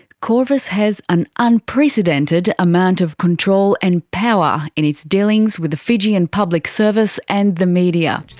qorvis has an unprecedented amount of control and power in its dealings with the fijian public service and the media.